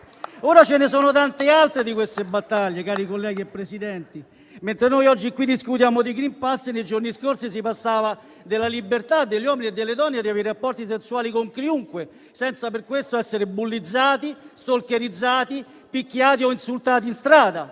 Ora ce ne sono tante altre di queste battaglie, cari colleghi, Presidente. Mentre noi oggi qui discutiamo di *green pass*, nei giorni scorsi si parlava della libertà degli uomini e delle donne di avere rapporti sessuali con chiunque, senza per questo essere bullizzati, stalkerizzati, picchiati o insultati in strada.